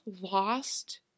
lost